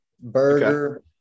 burger